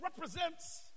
represents